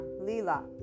Lila